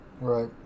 Right